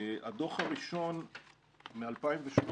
הדוח הראשון מ-2013,